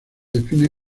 define